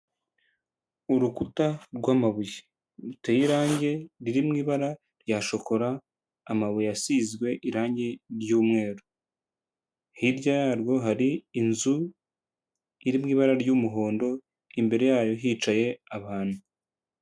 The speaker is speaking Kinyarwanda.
Urukuta rw'amabuye ruteye irangi riri mu ibara rya shokora amabuye asizwe irangi ry'umweru, hirya yarwo hari inzu iri mu ibara ry'umuhondo imbere yayo hicaye abantu.